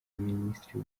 minisitiri